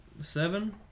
seven